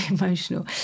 emotional